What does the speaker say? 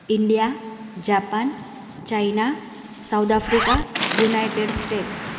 India Japan China South Africa United states